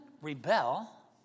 rebel